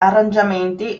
arrangiamenti